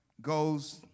goes